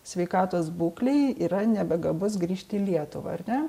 sveikatos būklei yra nebegabus grįžti į lietuvą ar ne